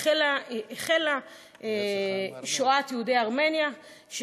החלה שואת הארמנים.